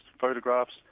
photographs